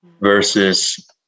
versus